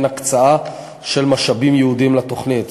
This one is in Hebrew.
ואין הקצאה של משאבים ייעודיים לתוכנית.